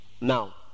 Now